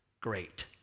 great